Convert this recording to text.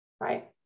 Right